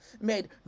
Made